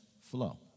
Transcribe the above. flow